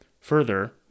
Further